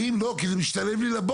האם, לא, כי זה משתלב לי לבוקר.